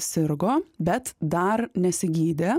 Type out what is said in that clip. sirgo bet dar nesigydė